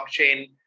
blockchain